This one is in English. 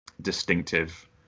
distinctive